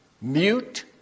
mute